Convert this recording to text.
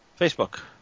Facebook